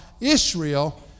Israel